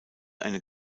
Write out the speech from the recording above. eine